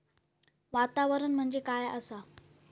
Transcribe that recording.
वातावरण म्हणजे काय असा?